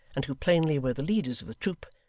and who plainly were the leaders of the troop,